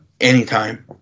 anytime